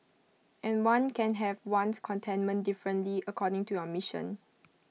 and one can have one's contentment differently according to your mission